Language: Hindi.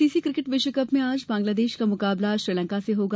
किकेट आईसीसी क्रिकेट विश्वकप में आज बांग्लादेश का मुकाबला श्रीलंका से होगा